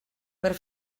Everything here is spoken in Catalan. per